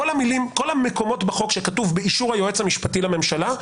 כל המקומות בחוק שכתוב באישור היועץ המשפטי לממשלה,